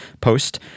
post